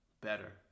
better